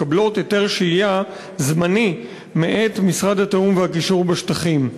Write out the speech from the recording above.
הן מקבלות היתר שהייה זמני מאת משרד התיאום והקישור בשטחים.